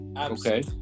okay